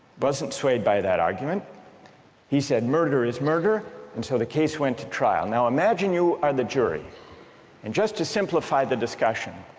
wasn't swayed by that argument he said murder is murder and so the case went to trial. now imagine you are the jury and just to simplify the discussion